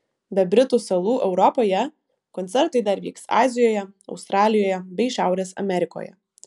be britų salų europoje koncertai dar vyks azijoje australijoje bei šiaurės amerikoje